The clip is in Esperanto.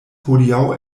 hodiaŭ